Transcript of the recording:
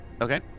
Okay